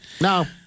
no